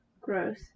gross